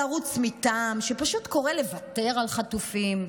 על ערוץ מטעם שפשוט קורא לוותר על חטופים.